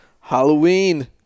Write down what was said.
Halloween